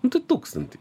nu tai tūkstantį